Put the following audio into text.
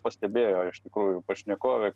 pastebėjo iš tikrųjų pašnekovė